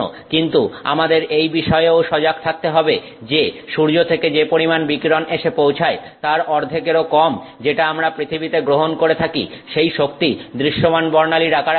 কিন্তু আমাদের এই বিষয়েও সজাগ থাকতে হবে যে সূর্য থেকে যে পরিমাণ বিকিরণ এসে পৌঁছায় তার অর্ধেকেরও কম যেটা আমরা পৃথিবীতে গ্রহণ করে থাকি সেই শক্তি দৃশ্যমান বর্ণালীর আকারে আসে